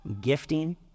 gifting